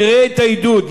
תראה את העידוד.